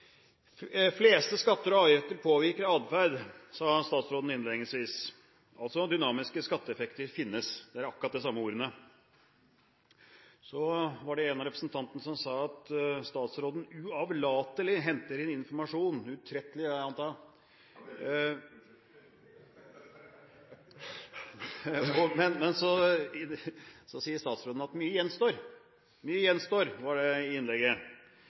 er akkurat de samme ordene. Så var det en av representantene som sa at statsråden uavlatelig henter inn informasjon – utrettelig, antar jeg. Ja, begge deler – unnskyld! Så sier statsråden i innlegget at mye gjenstår – mye gjenstår.